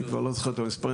אני כבר לא זוכר את המספרים,